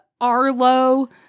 Arlo